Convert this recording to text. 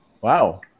Wow